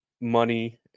money